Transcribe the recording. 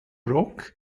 rock